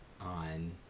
on